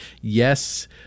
Yes